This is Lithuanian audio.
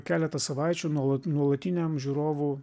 keletą savaičių nuolat nuolatiniam žiūrovų